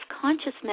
consciousness